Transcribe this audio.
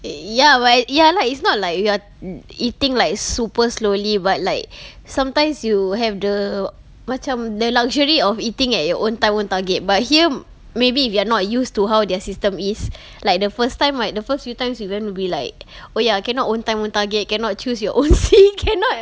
ya wel~ ya like it's not like you're eating like super slowly but like sometimes you have the macam the luxury of eating at your own time own target but here maybe if you're not used to how their system is like the first time right the first few times we went we like oh ya cannot own time own target cannot choose your own seat cannot